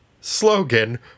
slogan